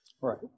Right